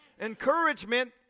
Encouragement